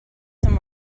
some